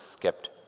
kept